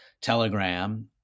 Telegram